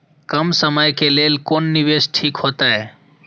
कम समय के लेल कोन निवेश ठीक होते?